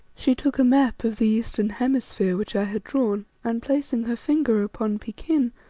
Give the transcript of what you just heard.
she took a map of the eastern hemisphere which i had drawn and, placing her finger upon pekin,